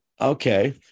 Okay